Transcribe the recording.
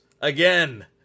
again